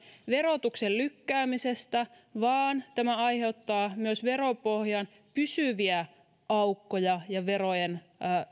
verotuksen lykkäämisestä vaan tämä aiheuttaa myös veropohjaan pysyviä aukkoja ja verojen